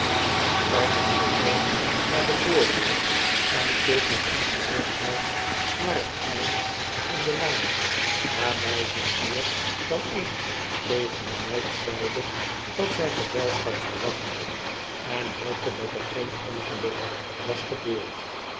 m naar de voordeur en keek met ongerustheid naar het eind van de laan waarbg zg meer dan eens tegen de meid zeide dat zj gezelschap verwachtte en hoopte dat er geen ongeluk was gebeurd